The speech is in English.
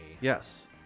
Yes